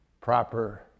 proper